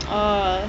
oh